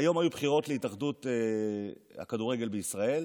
היום היו בחירות להתאחדות הכדורגל בישראל,